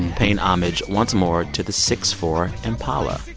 paying homage once more to the six-four impala.